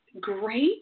great